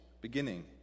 beginning